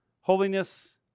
Holiness